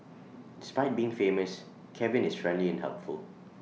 despite being famous Kevin is friendly and helpful